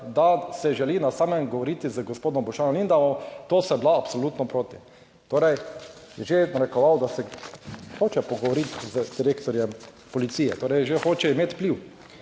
da se želi na samem govoriti z gospodom Boštjanom Lindavom, to sta bila absolutno proti. Torej je že narekoval, da se hoče pogovoriti z direktorjem policije, torej že hoče imeti vpliv